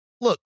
Look